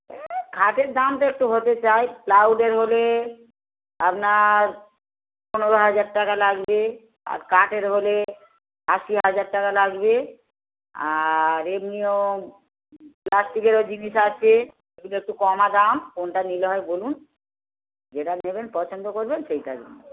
কাঠের দাম তো একটু হতে চাই প্লাইউডের হলে আপনার পনেরো হাজার টাকা লাগবে আর কাঠের হলে আশি হাজার টাকা লাগবে আর এমনিও প্লাস্টিকেরও জিনিস আছে এগুলো একটু কমা দাম কোনটা নিলে হয় বলুন যেটা নেবেন পছন্দ করবেন সেইটা